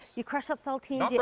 you crush ups all teens, yeah